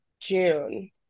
June